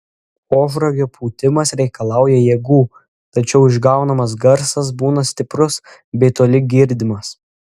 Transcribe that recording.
ožragio pūtimas reikalauja jėgų tačiau išgaunamas garsas būna stiprus bei toli girdimas